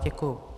Děkuju.